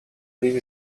leave